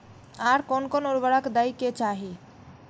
आर कोन कोन उर्वरक दै के चाही?